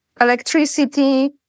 electricity